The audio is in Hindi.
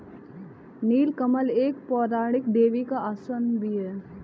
नील कमल एक पौराणिक देवी का आसन भी है